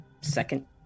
Second